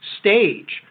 stage